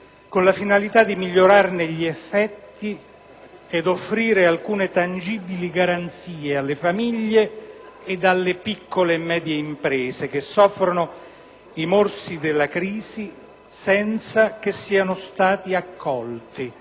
con la finalità di migliorarne gli effetti ed offrire alcune tangibili garanzie alle famiglie ed alle piccole e medie imprese che soffrono i morsi della crisi; ma questi non sono stati accolti